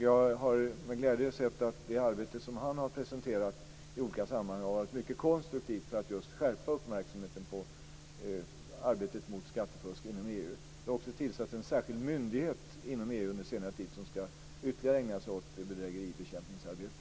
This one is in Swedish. Jag har med glädje sett att det arbete som han har presenterat i olika sammanhang har varit mycket konstruktivt för att just skärpa uppmärksamheten på arbetet mot skattefusk inom EU. Det har också under senare tid tillsatts en särskild myndighet inom EU som ska ytterligare ägna sig åt bedrägeribekämpningsarbete.